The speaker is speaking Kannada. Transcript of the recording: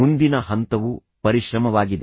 ಮುಂದಿನ ಹಂತವು ಪರಿಶ್ರಮವಾಗಿದೆ